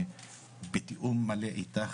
ובתיאום מלא איתך,